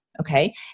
okay